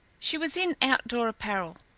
she was in outdoor apparel,